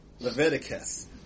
Leviticus